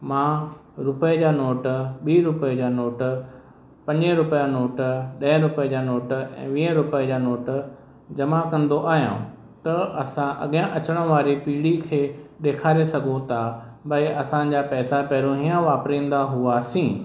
मां रुपए जा नोट ॿी रुपए जा नोट पंजे रुपए जा नोट ॾह रुपए जा नोट ऐं वीह रुपए जा नोट जमा कंदो आहियां त असां अॻियां अचणु वारी पीढ़ी खे ॾेखारे सघूं था भई असांजा पैसा पहिरियों हीअं वापरींदा हुआसीं